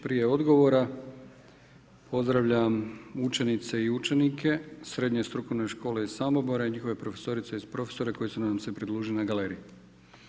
Prije odgovora pozdravljam učenice i učenike Srednje strukovne škole iz Samobora i njihove profesorice i profesore koji su nam se pridružili na galeriji.